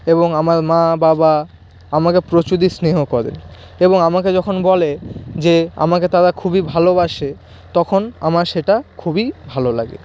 এবং আমার মা বাবা আমাকে প্রচুরই স্নেহ করেন এবং আমাকে যখন বলে যে আমাকে তারা খুবই ভালোবাসে তখন আমার সেটা খুবই ভালো লাগে